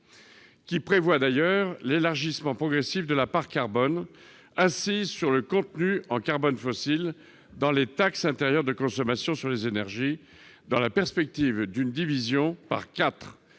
TIC, prévoit l'« élargissement progressif de la part carbone, assise sur le contenu en carbone fossile, dans les taxes intérieures de consommation sur les énergies, dans la perspective d'une division par quatre des